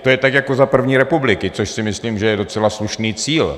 To je tak jako za první republiky, což si myslím, že je docela slušný cíl.